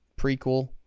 prequel